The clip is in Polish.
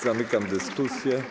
Zamykam dyskusję.